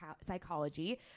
psychology